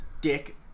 Dick